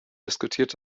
diskutiert